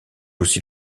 aussi